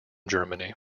germany